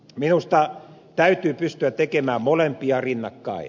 minusta täytyy pystyä tekemään molempia rinnakkain